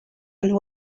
nhw